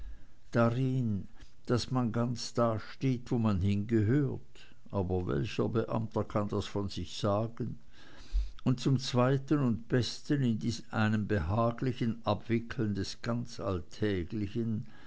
darin daß man ganz da steht wo man hingehört aber welcher beamte kann das von sich sagen und zum zweiten und besten in einem behaglichen abwickeln des ganz alltäglichen